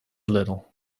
little